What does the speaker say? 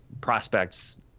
Prospects